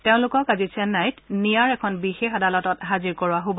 তেওঁলোকক আজি চেন্নাইত নিয়াৰ এখন বিশেষ আদালতত হাজিৰ কৰোৱা হ'ব